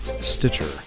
Stitcher